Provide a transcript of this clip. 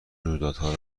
رویدادها